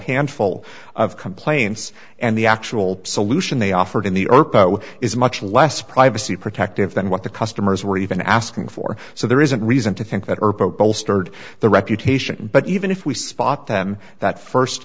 handful of complaints and the actual solution they offered in the earth is much less privacy protective than what the customers were even asking for so there isn't reason to think that bolstered their reputation but even if we spot them that